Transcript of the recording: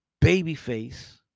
Babyface